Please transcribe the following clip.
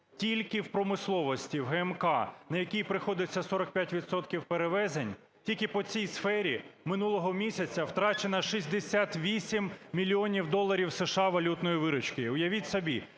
Тільки в промисловості в ГМК, на який приходиться 45 відсотків перевезень, тільки по цій сфері минулого місяця втрачено 68 мільйонів доларів США валютної виручки, уявіть собі,